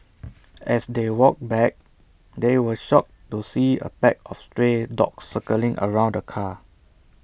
as they walked back they were shocked to see A pack of stray dogs circling around the car